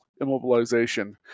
immobilization